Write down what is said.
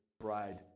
bride